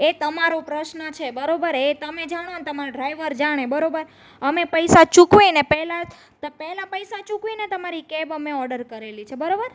એ તમારો પ્રશ્ન છે બરોબર એ તમે જાણો ને તમારો ડ્રાઈવર જાણે બરાબર અમે પૈસા ચૂકવીને પહેલાં જ પહેલાં પૈસા ચૂકવીને તમારી કેબ અમે ઓર્ડર કરેલી છે બરાબર